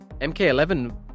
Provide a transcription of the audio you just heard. MK11